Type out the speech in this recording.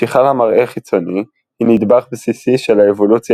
משיכה למראה חיצוני היא נדבך בסיסי של האבולוציה